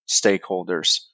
stakeholders